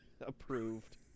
approved